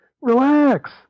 relax